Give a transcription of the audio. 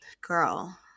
girl